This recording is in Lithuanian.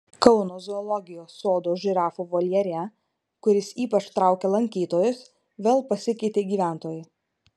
kauno zoologijos sodo žirafų voljere kuris ypač traukia lankytojus vėl pasikeitė gyventojai